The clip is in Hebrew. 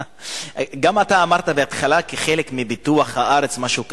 גם אתה אמרת בהתחלה, כחלק מפיתוח הארץ, משהו כזה.